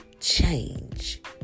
change